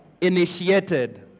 initiated